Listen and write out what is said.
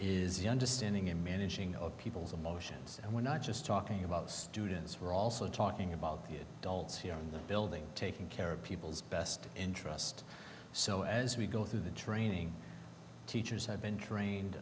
youngest ending in managing of people's emotions and we're not just talking about students who are also talking about the it dulls here in the building taking care of people's best interest so as we go through the training teachers have been trained